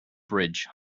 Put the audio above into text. bridge